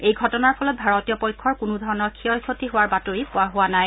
এই ঘটনাৰ ফলত ভাৰতীয় পক্ষৰ কোনো ধৰণৰ ক্ষয় ক্ষতি হোৱাৰ বাতৰি পোৱা হোৱা নাই